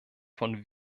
von